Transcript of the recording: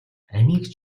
амийг